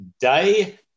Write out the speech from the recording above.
Day